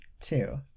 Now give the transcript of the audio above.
Two